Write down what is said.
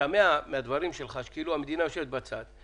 משתמע מהדברים שלך שכאילו המדינה יושבת בצד.